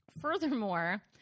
Furthermore